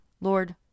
Lord